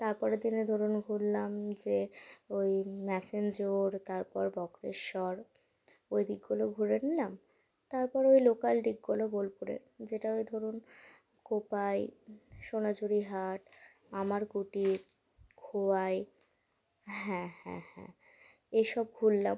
তারপরের দিনে ধরুন ঘুরলাম যে ওই ম্যাসেঞ্জর তারপর বক্রেশ্বর ওই দিকগুলো ঘুরে নিলাম তারপরে লোকাল দিকগুলো বোলপুরের যেটা ওই ধরুন কোপাই সোনাঝুরির হাট আমার কুটির খোয়াই হ্যাঁ হ্যাঁ হ্যাঁ এসব ঘুরলাম